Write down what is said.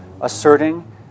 asserting